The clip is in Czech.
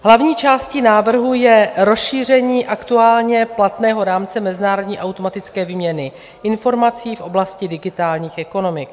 Hlavní částí návrhu je rozšíření aktuálně platného rámce mezinárodní automatické výměny informací v oblasti digitálních ekonomik.